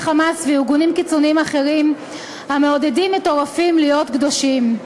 "חמאס" וארגונים קיצוניים אחרים המעודדים מטורפים להיות קדושים.